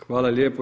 Hvala lijepo.